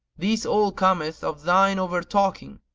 this all cometh of thine overtalking.